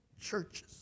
churches